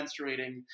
menstruating